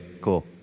Cool